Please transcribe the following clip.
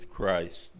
Christ